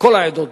כל העדות,